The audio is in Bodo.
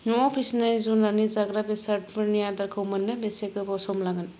न'आव फिसिनाय जुनारनि जाग्रा बेसादफोरनि अर्डारखौ मोननो बेसे गोबाव सम लागोन